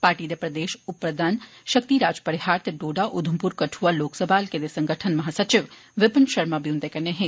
party दे प्रदेश उपप्रधान शक्ति राज परिहारए ते डोडा उधमप्र कठ्आ लोक सभा हलके दे संगठन महासचिव विपन शर्मा बी उन्दे कन्नै हे